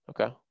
Okay